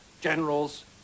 generals